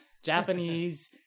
Japanese